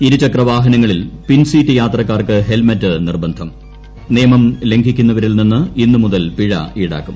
ഇരുചക്ര വാഹനങ്ങളിൽ പിൻസീറ്റ് യാത്രക്കാർക്ക് ഹെൽമറ്റ് ന് നിർബന്ധം നിയമം ലും ്ലിക്കുന്നവരിൽ നിന്ന് ഇന്ന് മുതൽ പിഴ ഈടാക്കും